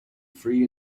free